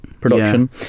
production